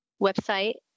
website